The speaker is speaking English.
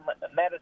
medicine